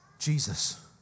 Jesus